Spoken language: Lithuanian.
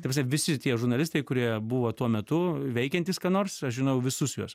ta prasme visi tie žurnalistai kurie buvo tuo metu veikiantys ką nors aš žinojau visus juos